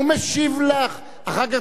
אחר כך